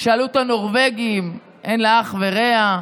שעלות הנורבגים אין לה אח ורע,